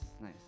nice